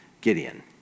Gideon